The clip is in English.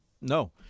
No